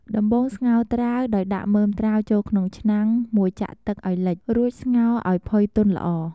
ដំបូងស្ងោរត្រាវ ដោយដាក់មើមត្រាវចូលក្នុងឆ្នាំងមួយចាក់ទឹកឱ្យលិច រួចស្ងោរឱ្យផុយទន់ល្អ។